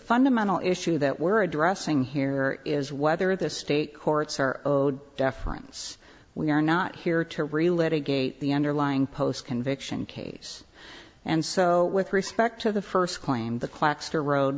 fundamental issue that we're addressing here is whether the state courts are owed deference we are not here to really let a gate the underlying post conviction case and so with respect to the first claim the clacks to road